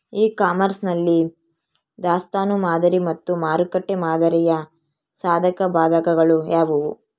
E commerce ನಲ್ಲಿ ದಾಸ್ತನು ಮಾದರಿ ಮತ್ತು ಮಾರುಕಟ್ಟೆ ಮಾದರಿಯ ಸಾಧಕಬಾಧಕಗಳು ಯಾವುವು?